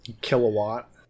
Kilowatt